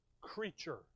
creature